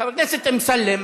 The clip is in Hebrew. חבר הכנסת אמסלם,